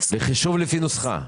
לחישוב לפי נוסחה?